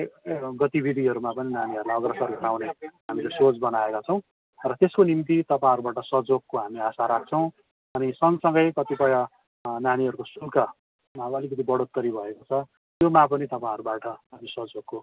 यस्तो गतिविधिहरूमा पनि नानीहरूलाई अग्रसर गराउने हामीले सोच बनाएका छौँ र त्यसको निम्ति तपाईँहरूबाट सहयोगको हामी आशा राख्छौँ अनि सँगसँगै कतिपय नानीहरूको शुल्कमा अब अलिकति बढोत्तरी भएको छ त्यसमा पनि तपाईँहरूबाट हामी सहयोगको